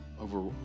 over